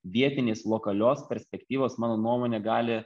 vietinės lokalios perspektyvos mano nuomone gali